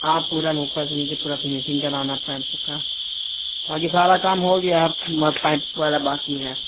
ہاں پورا اوپر سے نیچے پورا فنیسنگ کرانا پیمپ کا باقی سارا کام ہو گیا آپ پیمپ وغیرہ باقی ہے